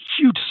huge